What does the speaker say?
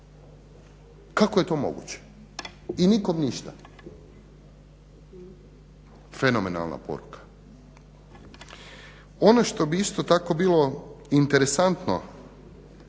Kako je to moguće? I nikom ništa. Fenomenalna poruka! Ono što bih isto tako bilo interesantno